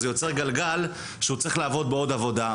זה יוצר גלגל שהוא צריך לעבוד בעוד עבודה,